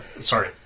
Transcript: sorry